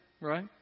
right